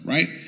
Right